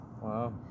Wow